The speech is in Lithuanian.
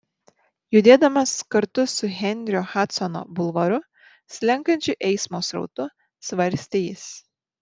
judėdamas kartu su henrio hadsono bulvaru slenkančiu eismo srautu svarstė jis